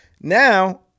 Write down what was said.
Now